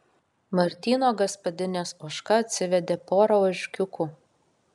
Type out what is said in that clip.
martyno gaspadinės ožka atsivedė porą ožkiukų